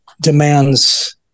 demands